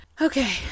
Okay